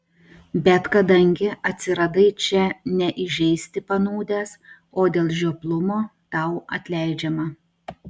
bet kadangi atsiradai čia ne įžeisti panūdęs o dėl žioplumo tau atleidžiama